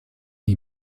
die